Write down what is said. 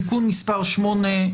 תיקון מס' 8,